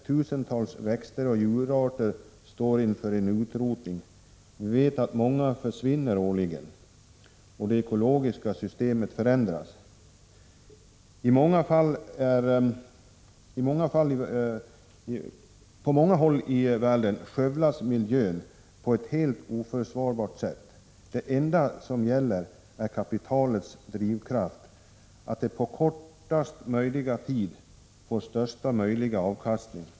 Tusentals växtoch djurarter står inför en utrotning — vi vet att många försvinner årligen — och de ekologiska systemen förändras. På många håll i världen skövlas miljön på ett helt oförsvarbart sätt. Det enda som gäller är kapitalets intresse att på kortaste möjliga tid få största möjliga avkastning.